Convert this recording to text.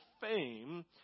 fame